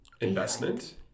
investment